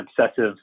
obsessive